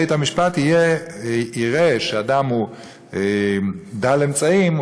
אם בית-המשפט יראה שהאדם הוא דל אמצעים,